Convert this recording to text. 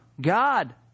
God